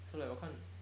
so like 我看